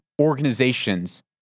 organizations